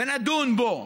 ונדון בו,